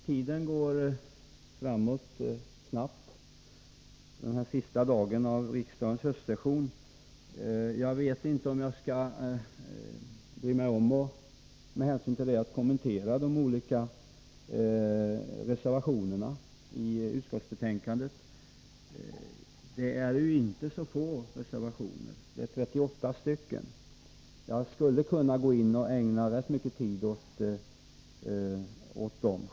Tiden går snabbt den här sista dagen av riksdagens höstsession. Jag vet inte om jag med hänsyn till det skall bry mig om att kommentera de olika reservationerna i utskottsbetänkandet. Det är inte så få reservationer — det är 38. Jag skulle självfallet kunna ägna rätt mycket tid åt dem.